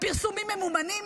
בפרסומים ממומנים.